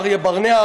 אריה ברנע,